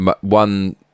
one